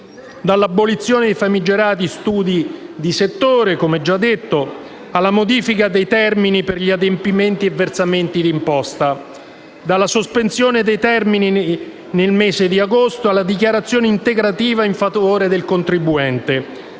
dall'abolizione dei famigerati studi di settore, come già detto, alla modifica dei termini per gli adempimenti e versamenti di imposta; dalla sospensione dei termini nel mese di agosto alla dichiarazione integrativa in favore del contribuente;